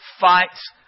fights